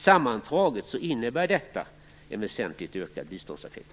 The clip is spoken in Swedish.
Sammantaget innebär detta en väsentligt ökad biståndseffekt.